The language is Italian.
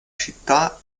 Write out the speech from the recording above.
città